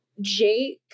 Jake